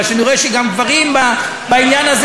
בגלל שאני רואה שגם גברים בעניין הזה,